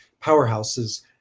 powerhouses